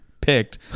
picked